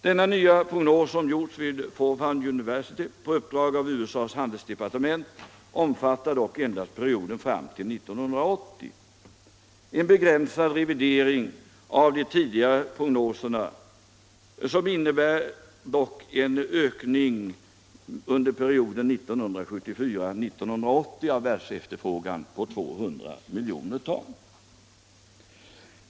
Denna nya prognos, som gjordes vid Fordham University på uppdrag av USA:s handelsdepartement, omfattar dock endast perioden fram till 1980 och är en begränsad revidering av de tidigare prognoserna men innebär ändå för perioden 1974-1980 en ökning av världsefterfrågan med 200 miljoner ton.